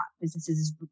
businesses